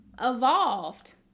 evolved